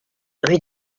rue